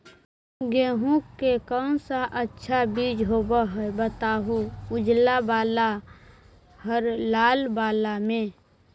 गेहूं के कौन सा अच्छा बीज होव है बताहू, उजला बाल हरलाल बाल में?